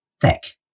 thick